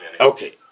Okay